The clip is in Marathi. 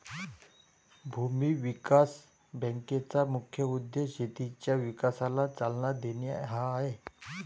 भूमी विकास बँकेचा मुख्य उद्देश शेतीच्या विकासाला चालना देणे हा आहे